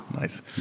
Nice